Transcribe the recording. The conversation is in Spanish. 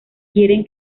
quieren